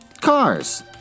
Cars